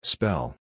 Spell